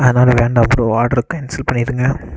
அதனால் வேண்டாம் bro order cancel பண்ணிடுங்க